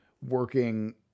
working